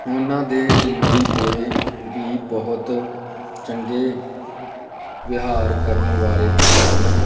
ਉਹਨਾਂ ਦੇ delivery boy ਵੀ ਬਹੁਤ ਚੰਗੇ ਵਿਹਾਰ ਕਰਨ ਵਾਲੇ ਹਨ